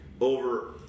over